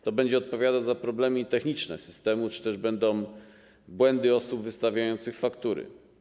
Kto będzie odpowiadał za problemy techniczne systemu czy też za błędy osób wystawiających faktury?